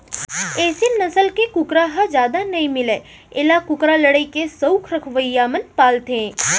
एसील नसल के कुकरा ह जादा नइ मिलय एला कुकरा लड़ई के सउख रखवइया मन पालथें